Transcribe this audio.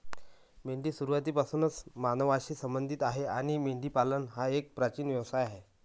मेंढी सुरुवातीपासूनच मानवांशी संबंधित आहे आणि मेंढीपालन हा एक प्राचीन व्यवसाय आहे